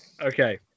Okay